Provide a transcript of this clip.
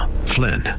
Flynn